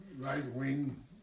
right-wing